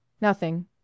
Nothing